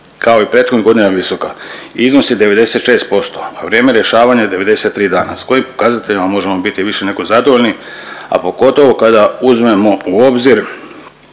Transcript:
kao i prethodnih godina visoka i iznosi 96%, a vrijeme rješavanja 93 dana s kojim pokazateljima možemo biti više nego zadovoljni, a pogotovo kada uzmemo u obzir